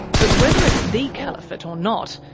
but whether it's the caliphate or not,